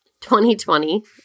2020